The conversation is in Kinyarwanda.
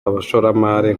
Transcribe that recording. abashoramari